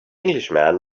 englishman